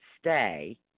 stay